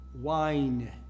wine